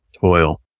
toil